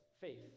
faith